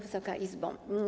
Wysoka Izbo!